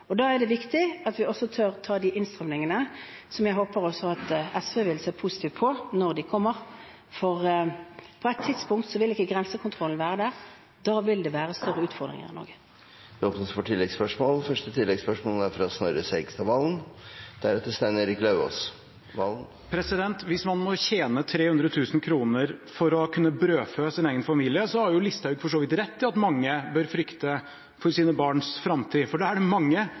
jeg håper at også SV vil se positivt på når de kommer, for på et tidspunkt vil ikke grensekontrollen være der. Da vil det bli store utfordringer for Norge. Det blir oppfølgingsspørsmål – først Snorre Serigstad Valen. Hvis man må tjene 300 000 kr for å kunne brødfø sin egen familie, har Listhaug for så vidt rett i at mange bør frykte for sine barns framtid, for da er det mange